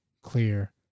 clear